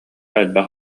элбэх